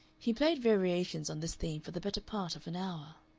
he played variations on this theme for the better part of an hour.